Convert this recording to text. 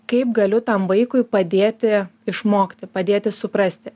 kaip galiu tam vaikui padėti išmokti padėti suprasti